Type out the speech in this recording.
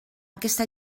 aquesta